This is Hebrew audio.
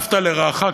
"ואהבת לרעך כמוך",